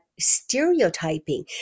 stereotyping